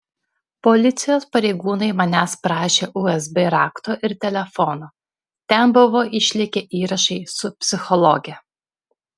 policijos pareigūnai manęs prašė usb rakto ir telefono ten buvo išlikę įrašai su psichologe